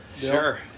Sure